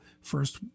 first